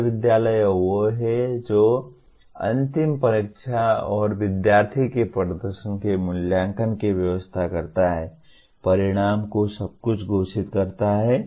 विश्वविद्यालय वह है जो अंतिम परीक्षा और विद्यार्थी के प्रदर्शन के मूल्यांकन की व्यवस्था करता है परिणाम को सब कुछ घोषित करता है